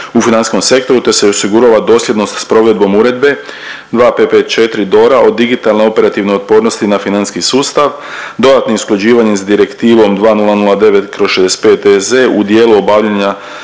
u financijskom sektoru te se i osigurava dosljednost s provedbom uredbe 2554 DORA o digitalno operativnoj otpornosti na financijski sustav, dodatnim usklađivanjem s direktivom 2009/65 EZ u dijelu obavljanja